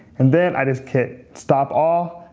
and then i just hit stop all,